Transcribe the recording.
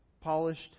polished